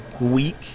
week